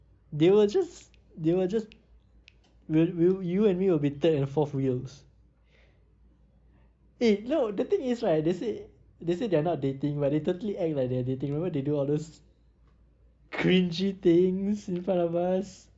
they will just they will just we'll we'll you and me will be third and fourth wheels eh no the thing is right they say they say they are not dating but they totally act like they are dating remember they do all those cringey things in front of us